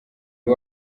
uwo